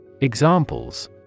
Examples